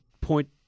point